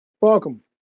Welcome